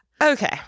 Okay